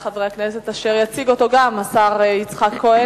אשר יציג גם אותו השר יצחק כהן,